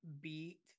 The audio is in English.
beat